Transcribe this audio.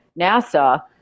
NASA